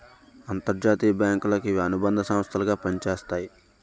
అంతర్జాతీయ బ్యాంకులకు ఇవి అనుబంధ సంస్థలు గా పనిచేస్తాయి